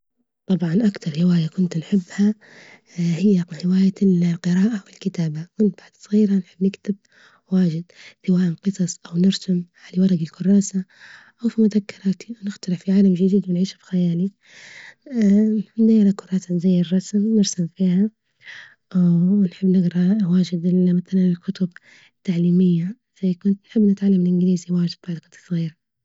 طبعا أكتر هواية كنت نحبها هي هواية القراءة والكتابة، كنت بعد صغيرة نحب نكتب واجد سواء قصص أو نرسم على ورج الكراسة أو في مذكراتي ونخترع في عالم جديد ونعيش في خيالي، نيرا كراسة زي الرسم نرسم فيها ونحب نجرأ واجد ال مثلا الكتب التعليمية زي كنت نحب نتعلم الإنجليزي واجد بعد كنت صغيرة.